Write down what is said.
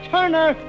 Turner